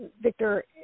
Victor